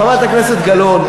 חברת הכנסת גלאון,